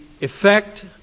effect